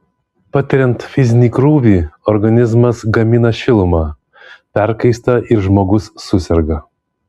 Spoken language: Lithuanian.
patiriant fizinį krūvį organizmas gamina šilumą perkaista ir žmogus suserga